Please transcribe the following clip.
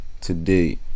today